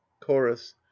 chorus